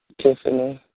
Tiffany